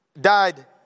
died